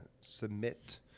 submit